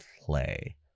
play